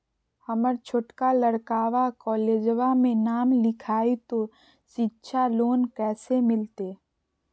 हमर छोटका लड़कवा कोलेजवा मे नाम लिखाई, तो सिच्छा लोन कैसे मिलते?